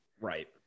Right